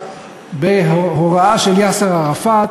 בהוראה של יאסר ערפאת